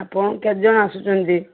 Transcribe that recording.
ଆପଣ କେତେ ଜଣ ଆସୁଛନ୍ତି